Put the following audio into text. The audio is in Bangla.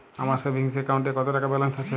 আমার সেভিংস অ্যাকাউন্টে কত টাকা ব্যালেন্স আছে?